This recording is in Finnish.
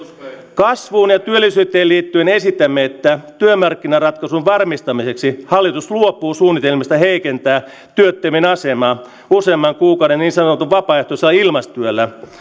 kasvuun ja työllisyyteen liittyen esitämme että työmarkkinaratkaisun varmistamiseksi hallitus luopuu suunnitelmista heikentää työttömien asemaa useamman kuukauden niin sanotulla vapaaehtoisella ilmaistyöllä